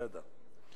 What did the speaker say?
בסדר.